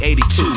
82